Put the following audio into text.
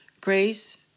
grace